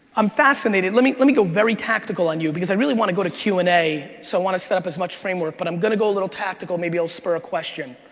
i'm fascinated, let me let me go very tactical on you because i really want to go to q an a, so i want to set up as much framework, but i'm gonna go a little tactical, maybe it'll spur a question.